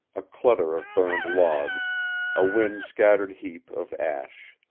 a clutter of burned logs a wind scattered heap of ash.